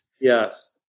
Yes